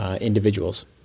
individuals